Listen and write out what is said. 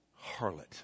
harlot